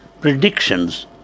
predictions